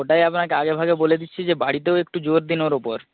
ওটাই আপনাকে আগে ভাগে বলে দিচ্ছি যে বাড়িতেও একটু জোর দিন ওর ওপর